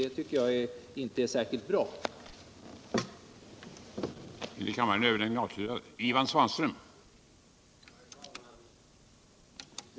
Det tycker jag inte är särskilt tillfredsställande.